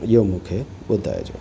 इहो मूंखे ॿुधाइजो